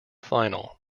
final